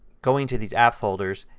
going to these app folders,